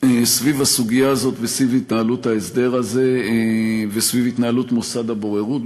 סביב הסוגיה הזאת וסביב התנהלות ההסדר הזה וסביב התנהלות מוסד הבוררות,